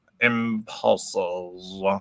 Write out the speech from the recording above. impulses